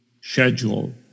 schedule